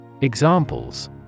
Examples